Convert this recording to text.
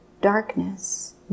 darkness